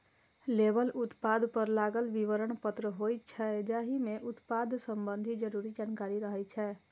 label उत्पाद पर लागल विवरण पत्र होइ छै, जाहि मे उत्पाद संबंधी जरूरी जानकारी रहै छै